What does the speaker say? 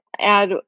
add